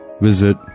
visit